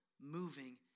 moving